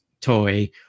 toy